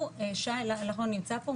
הוא שי נמצא פה,